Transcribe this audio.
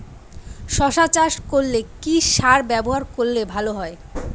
শশা চাষ করলে কি সার ব্যবহার করলে ভালো হয়?